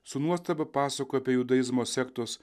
su nuostaba pasakoja apie judaizmo sektos